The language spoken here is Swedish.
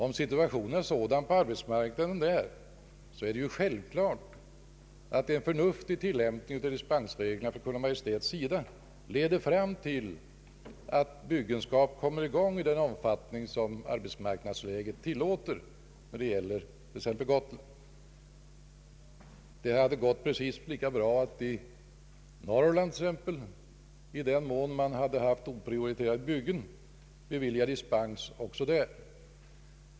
Om situationen på arbetsmarknaden är sådan på Gotland, så är det ju självklart att en förnuftig tillämpning av dispensreglerna leder fram till att byggenskap kommer i gång i den omfattning som arbetsmarknadsläget tillåter. Det hade gått precis lika bra t.ex. i Norrland, i den mån man hade haft oprioriterade byggen, att bevilja dispens också där.